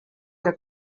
què